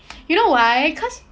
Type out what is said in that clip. you know why cause